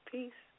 Peace